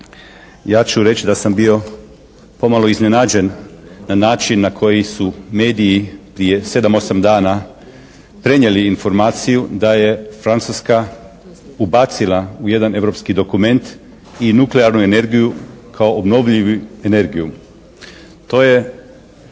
Ja ću reći da sam bio pomalo iznenađen na način na koji su mediji prije 7, 8 dana prenijeli informaciju da je Francuska ubacila u jedan europski dokument i nuklearnu energiju kao obnovljivu energiju. To je